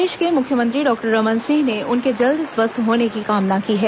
प्रदेश के मुख्यमंत्री डॉक्टर रमन सिंह ने उनके जल्द स्वस्थ होने की कामना की है